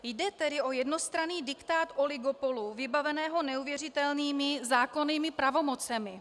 Jde tedy o jednostranný diktát oligopolu vybaveného neuvěřitelnými zákonnými pravomocemi.